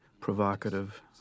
provocative